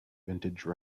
vintage